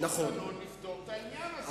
יש מנגנון לפתור את העניין הזה,